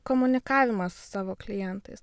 komunikavimas su savo klientais